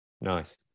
Nice